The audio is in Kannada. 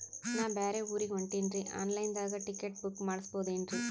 ನಾ ಬ್ಯಾರೆ ಊರಿಗೆ ಹೊಂಟಿನ್ರಿ ಆನ್ ಲೈನ್ ದಾಗ ಟಿಕೆಟ ಬುಕ್ಕ ಮಾಡಸ್ಬೋದೇನ್ರಿ?